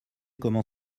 comment